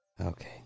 okay